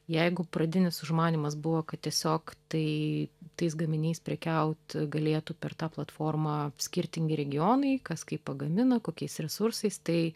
jeigu pradinis užmanymas buvo kad tiesiog tai tais gaminiais prekiaut galėtų per tą platformą skirtingi regionai kas kaip pagamina kokiais resursais tai